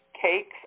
cakes